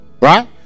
right